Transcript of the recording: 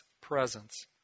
presence